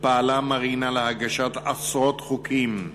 פעלה מרינה להגשת עשרות חוקים,